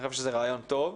אני חושב שזה רעיון טוב.